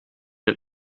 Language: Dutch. het